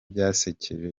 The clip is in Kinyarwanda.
byasekeje